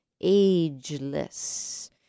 Ageless